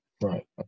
Right